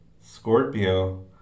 Scorpio